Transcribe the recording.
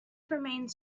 remains